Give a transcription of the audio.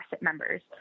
members